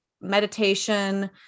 meditation